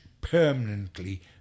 permanently